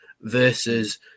versus